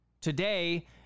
Today